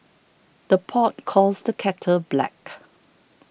the pot calls the kettle black